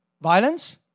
Violence